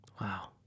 Wow